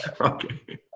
Okay